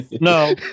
No